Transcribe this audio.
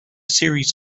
series